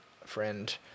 friend